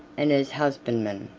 and as husbandmen.